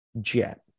jet